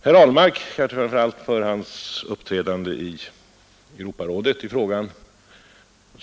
Herr Ahlmark tackar jag framför allt för hans uppträdande i frågan i Europarådet.